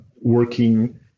working